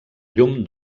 llum